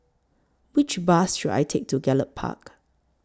Which Bus should I Take to Gallop Park